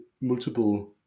multiple